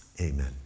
amen